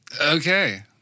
Okay